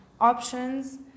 options